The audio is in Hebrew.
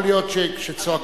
יכול להיות שכשצועקים,